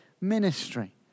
ministry